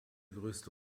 größte